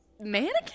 mannequin